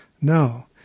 No